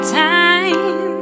time